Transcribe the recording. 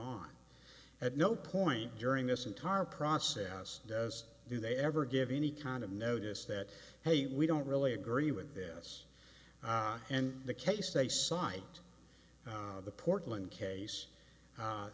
on at no point during this entire process does do they ever give any kind of notice that hey we don't really agree with this and the case they signed the portland case